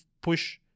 push